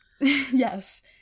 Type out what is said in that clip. Yes